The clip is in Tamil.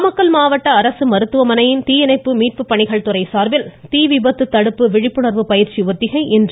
நாமக்கல் மாவட்ட அரசு மருத்துவமனையில் தீயணைப்பு மீட்பு பணிகள் துறை சார்பில் தீ விபத்து தடுப்பு விழிப்புணர்வு பயிற்சி ஒத்திகை இன்று நடைபெற்றது